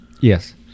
yes